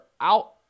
out